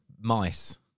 mice